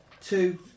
two